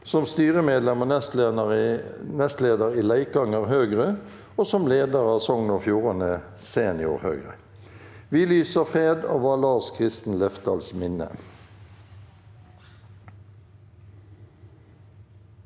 som styremedlem og nestleder i Leikanger Høgre og som leder av Sogn og Fjordane Senior Høgre. Vi lyser fred over Lars Kristen Lefdals minne.